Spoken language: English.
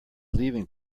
leaving